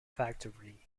factory